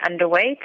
underweight